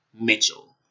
Mitchell